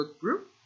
group